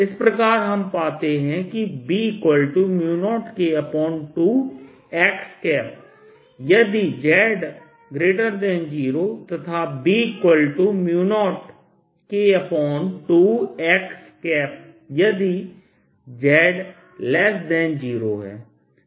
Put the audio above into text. इस प्रकार हम पाते हैं कि B0K2 x यदि z0 तथा B 0K2 x यदि z0 है